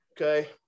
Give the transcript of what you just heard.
Okay